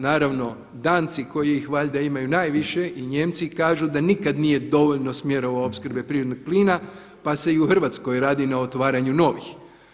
Naravno Danci koji ih valjda imaju najviše i Nijemci kažu da nikada nije dovoljno smjerova opskrbe prirodnog plina pa se i u Hrvatskoj radi na otvaranju novih.